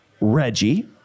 Reggie